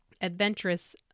adventurous